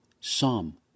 Psalm